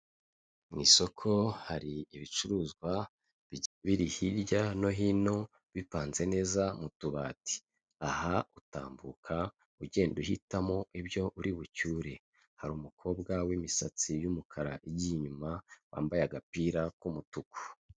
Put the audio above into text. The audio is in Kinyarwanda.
Mu isoko hari ibicuruzwa biri hirya no hino, bipanze neza mu tubati, aha utambuka ugenda uhitamo ibyo uri bucyure, hari umukobwa w'imisatsi y'umukara igiye inyuma, wambaye agapira k'umutuku.